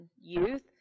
youth